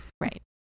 Right